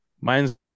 mine's